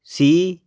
C